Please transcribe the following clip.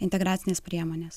integracinės priemonės